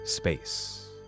space